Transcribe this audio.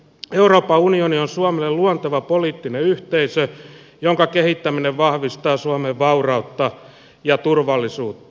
euroopan unioni on suomelle luonteva poliittinen yhteisö jonka kehittäminen vahvistaa suomen vaurautta ja turvallisuutta